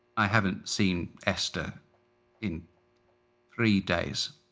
i haven't seen esther in three days.